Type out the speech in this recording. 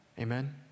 amen